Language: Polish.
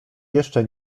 jeszcze